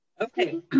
okay